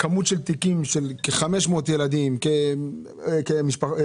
כמות תיקים של כ-500 ילדים או אנשים,